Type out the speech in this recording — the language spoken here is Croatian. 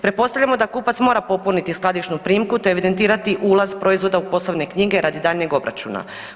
Pretpostavljamo da kupac mora popuniti skladišnu primku te evidentirati ulaz proizvoda u poslovne knjige radi daljnjeg obračuna.